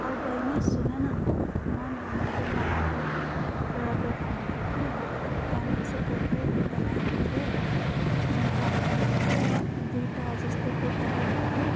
औ बहिनी सुन न म मैले मार्केटमा एउटा दोकान भेटेँ कि त्यहाँनिर चाहिँ कुर्तै कुर्ता राखेको थियो मैले त्यहाँबाट एउटा दुइटा जस्तो कुर्ता किनेको थिएँ